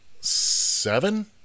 seven